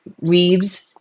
Reeves